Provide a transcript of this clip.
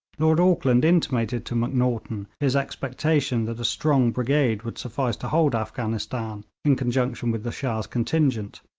lord auckland intimated to macnaghten his expectation that a strong brigade would suffice to hold afghanistan in conjunction with the shah's contingent,